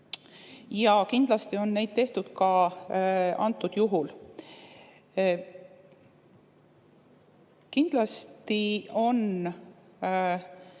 Kindlasti on neid tehtud ka antud juhul. Kindlasti on